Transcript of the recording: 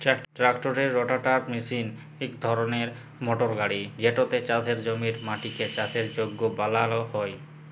ট্রাক্টারের রোটাটার মিশিল ইক ধরলের মটর গাড়ি যেটতে চাষের জমির মাটিকে চাষের যগ্য বালাল হ্যয়